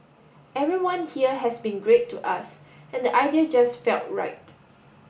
everyone here has been great to us and the idea just felt right